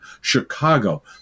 Chicago